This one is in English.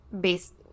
based